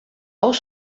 auch